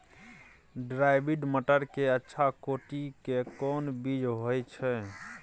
Hybrid मटर के अच्छा कोटि के कोन बीज होय छै?